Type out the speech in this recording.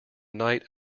night